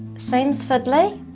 seems fiddly,